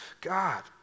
God